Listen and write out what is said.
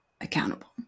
accountable